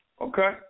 Okay